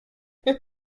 les